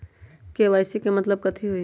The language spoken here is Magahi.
के.वाई.सी के मतलब कथी होई?